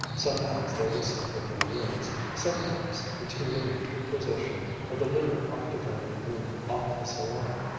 sometimes they listened from their rooms, sometimes the two women took possession of the little octagonal room off the salon,